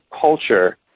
culture